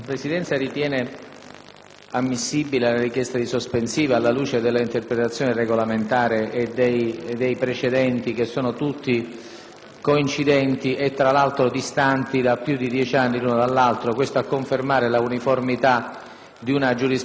riprendiamo i nostri lavori. Alla luce dell'interpretazione regolamentare e dei precedenti, che sono tutti coincidenti e, tra l'altro, distanti più di dieci anni uno dall'altro (questo a confermare l'uniformità di una giurisprudenza interna),